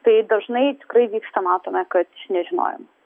tai dažnai tikrai vyksta matome kas iš nežinojimo